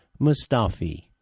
Mustafi